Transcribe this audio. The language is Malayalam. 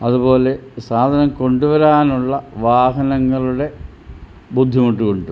അതുപോലെ സാധനം കൊണ്ട് വരാനുള്ള വാഹനങ്ങളുടെ ബുദ്ധിമുട്ട് കൊണ്ടും